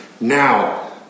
Now